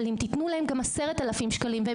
אבל אם תתנו להן 10 אלפים שקלים והן